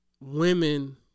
women